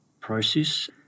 process